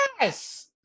Yes